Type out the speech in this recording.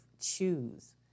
choose